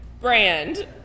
Brand